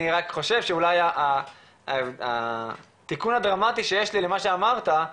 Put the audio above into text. אני רק חושב שאולי התיקון הדרמטי שיש לי למה שאמרת,